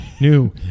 new